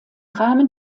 rahmen